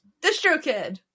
DistroKid